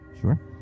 Sure